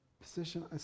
position